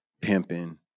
pimping